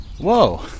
Whoa